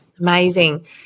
amazing